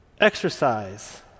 exercise